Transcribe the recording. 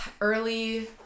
early